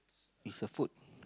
is a food